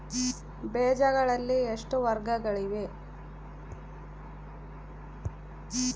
ಬೇಜಗಳಲ್ಲಿ ಎಷ್ಟು ವರ್ಗಗಳಿವೆ?